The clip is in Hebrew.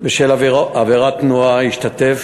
בשל עבירת תנועה ישתתף